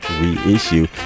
reissue